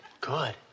Good